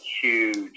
huge